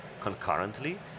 concurrently